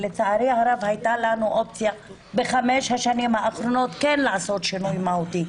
לצערי הרב הייתה לנו אופציה בחמש השנים האחרונות כן לעשות שינוי מהותי.